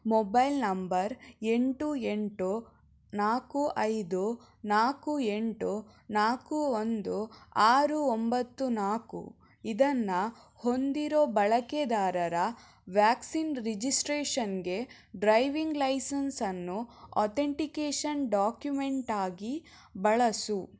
mobile number ಎಂಟು ಎಂಟು ನಾಲ್ಕು ಐದು ನಾಲ್ಕು ಎಂಟು ನಾಲ್ಕು ಒಂದು ಆರು ಒಂಬತ್ತು ನಾಲ್ಕು ಇದನ್ನು ಹೊಂದಿರೋ ಬಳಕೆದಾರರ ವ್ಯಾಕ್ಸಿನ್ ರಿಜಿಸ್ಟ್ರೇಷನ್ಗೆ ಡ್ರೈವಿಂಗ್ ಲೈಸೆನ್ಸನ್ನು ಅಥೆಂಟಿಕೇಷನ್ ಡಾಕ್ಯುಮೆಂಟಾಗಿ ಬಳಸು